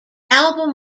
album